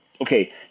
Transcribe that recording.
Okay